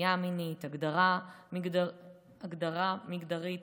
נטייה מינית, הגדרה מגדרית,